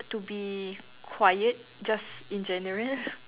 to be quiet just in general